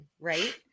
right